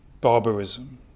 Barbarism